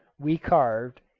we carved,